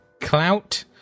Clout